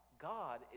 God